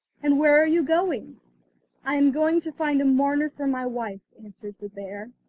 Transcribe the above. and where are you going i am going to find a mourner for my wife answered the bear.